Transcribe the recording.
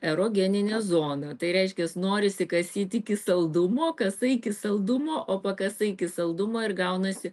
erogeninė zona tai reiškias norisi kasyt iki saldumo kasai iki saldumo o pakasai iki saldumo ir gaunasi